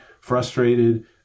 frustrated